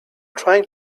trying